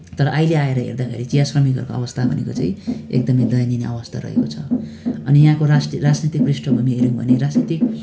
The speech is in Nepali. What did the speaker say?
तर अहिले आएर हेर्दाखेरि चिया श्रमिकहरूको अवस्था भनेको चाहिँ एकदमै दयनीय अवस्था रहेको छ अनि यहाँको राजनीतिक पृष्ठभूमि हेऱ्योँ भने राजनीतिक